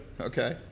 Okay